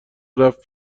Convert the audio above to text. رفت